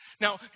Now